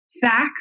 facts